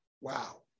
Wow